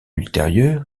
ultérieur